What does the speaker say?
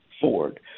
Ford